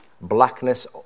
blackness